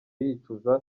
yicuza